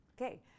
Okay